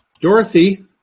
dorothy